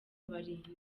barinzi